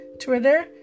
Twitter